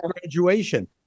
graduation